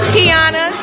Kiana